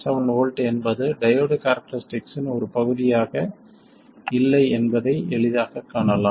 7 V என்பது diode கேரக்டரிஸ்டிக்கின் ஒரு பகுதியாக இல்லை என்பதை எளிதாகக் காணலாம்